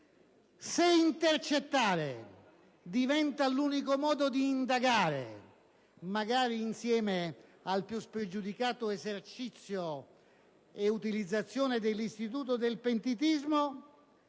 Se intercettare diventa l'unico modo di indagare, magari insieme al più spregiudicato esercizio e utilizzazione dell'istituto del pentitismo,